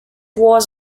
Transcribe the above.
was